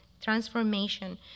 transformation